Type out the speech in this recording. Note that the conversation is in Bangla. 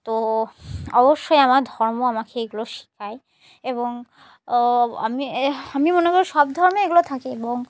তো অবশ্যই আমার ধর্ম আমাকে এগুলো শেখায় এবং আমি এ আমি মনে করি সব ধর্মে এগুলো থাকে এবং